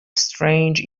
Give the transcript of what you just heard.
strange